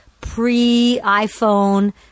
pre-iPhone